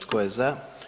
Tko je za?